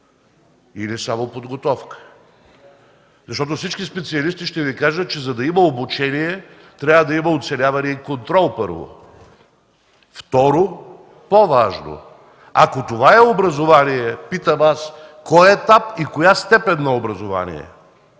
има само подготовка? Защото всички специалисти ще Ви кажат, че за да има обучение, трябва да има оценяване и контрол, първо. Второ, по-важно, ако това е образование, питам аз, кой етап и коя степен на образование е